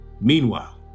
Meanwhile